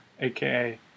aka